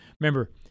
Remember